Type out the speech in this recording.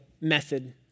method